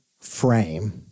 frame